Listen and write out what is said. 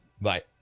bye